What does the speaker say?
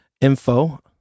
info